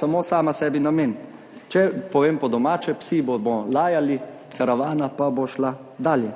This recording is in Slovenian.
samo sama sebi namen. Če povem po domače, psi bomo lajali, karavana pa bo šla dalje.